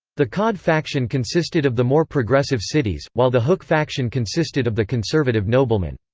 the cod faction consisted of the more progressive cities, while the hook faction consisted of the conservative noblemen.